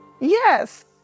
Yes